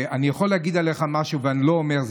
אני יכול להגיד עליך משהו ואני לא אומר,